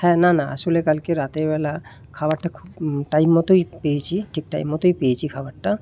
হ্যাঁ না না আসলে কালকে রাতেরবেলা খাবারটা খুব টাইমমতোই পেয়েছি ঠিক টাইমমতোই পেয়েছি খাবারটা